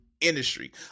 industry